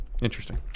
Interesting